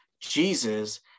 Jesus